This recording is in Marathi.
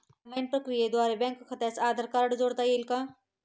ऑनलाईन प्रक्रियेद्वारे बँक खात्यास आधार कार्ड जोडता येईल का?